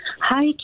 Hi